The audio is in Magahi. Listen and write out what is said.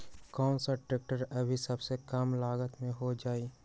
कौन सा ट्रैक्टर अभी सबसे कम लागत में हो जाइ?